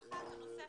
אחת, נוספת.